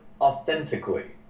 authentically